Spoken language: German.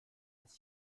was